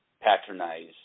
patronize